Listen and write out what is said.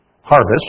Harvest